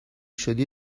شدی